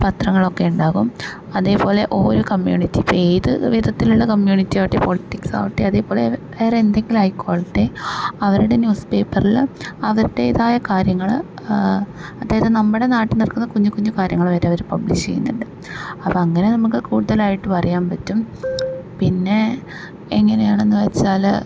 പത്രങ്ങളക്കെ ഉണ്ടാകും അതേപോലെ ഓരോ കമ്യൂണിറ്റി ഇപ്പം ഏത് വിധത്തിലുള്ള കമ്മ്യൂണിറ്റി ആവട്ടെ പൊളിറ്റിക്സാവട്ടെ അതേപോലെ വേറെ എന്തെങ്കിലും ആയിക്കൊൾട്ടേ അവരുടെ ന്യൂസ് പേപ്പറിൽ അവരുടേതായ കാര്യങ്ങള് അതായത് നമ്മുടെ നാട്ടിൽ നടക്കുന്ന കുഞ്ഞ് കുഞ്ഞ് കാര്യങ്ങള് വരെ അവര് പബ്ലിഷ് ചെയ്യുന്നുണ്ട് അപ്പോൾ അങ്ങനെ നമക്ക് കൂട്തലായിട്ട് പറയാൻ പറ്റും പിന്നെ എങ്ങനെയാണെന്നുവെച്ചാല്